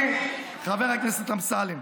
חבר הכנסת קריב,